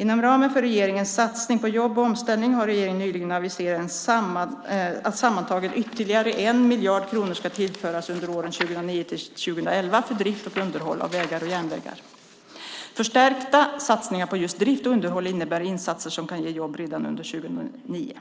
Inom ramen för regeringens satsning på jobb och omställning har regeringen nyligen aviserat att sammantaget ytterligare 1 miljard kronor ska tillföras under åren 2009-2011 för drift och underhåll av vägar och järnvägar. Förstärkta satsningar på just drift och underhåll innebär insatser som kan ge jobb redan under 2009.